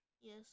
Yes